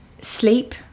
sleep